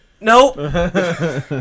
nope